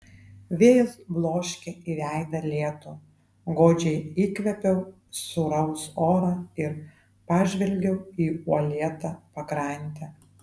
vėjas bloškė į veidą lietų godžiai įkvėpiau sūraus oro ir pažvelgiau į uolėtą pakrantę